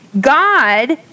God